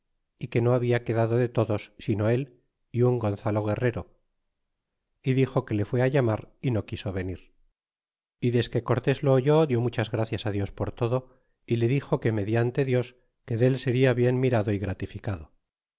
y que no habian quedado de todos sino él y un gonzalo guerrero y dixo que le fné llamar y no quiso venir e desque cortés lo oyó dió muchas gracias dios por todo y le dixo que mediante dios que del seria bien mirado y gratificado